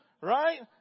right